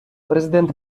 президент